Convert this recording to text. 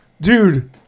dude